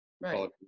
Right